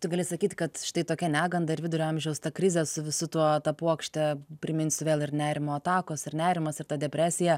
tu gali sakyt kad štai tokia neganda ir vidurio amžiaus ta krizė su visu tuo ta puokšte priminsiu vėl ir nerimo atakos ir nerimas ir ta depresija